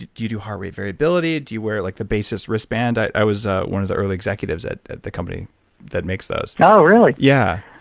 do you do heart rate variability? do you wear like a basis wristband? i was one of the early executives at the company that makes those. oh, really? yeah.